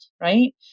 right